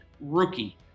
rookie